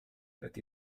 that